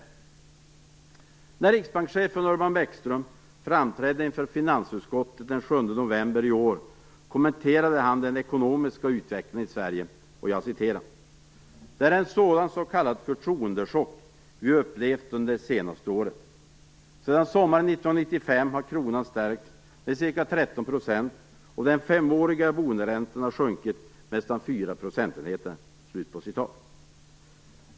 När riksbankschefen Urban Bäckström framträdde inför finansutskottet den 7 november i år kommenterade han den ekonomiska utvecklingen i Sverige: "Det är sådan s.k. förtroendechock vi upplevt under det senaste året. Sedan sommaren 1995 har kronan stärkts med ca 13 % och den femåriga boenderäntan sjunkit med nästan 4 procentenheter".